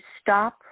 stop